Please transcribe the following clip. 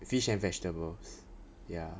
fish and vegetables ya